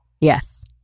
Yes